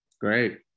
Great